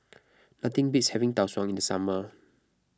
nothing beats having Tau Suan in the summer